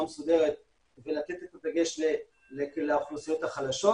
מסודרת ולתת את הדגש לאוכלוסיות החלשות.